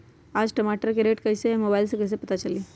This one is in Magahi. आज टमाटर के रेट कईसे हैं मोबाईल से कईसे पता चली?